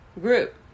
group